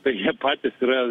tai jie patys yra